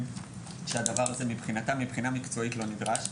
שהדבר הזה מבחינתם מבחינה מקצועית לא נדרש,